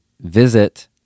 visit